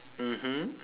mmhmm